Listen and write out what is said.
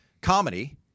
comedy